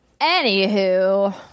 anywho